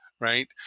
Right